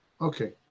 Okay